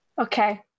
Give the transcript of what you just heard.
Okay